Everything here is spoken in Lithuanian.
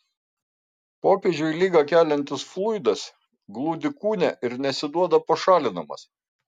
popiežiui ligą keliantis fluidas glūdi kūne ir nesiduoda pašalinamas